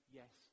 yes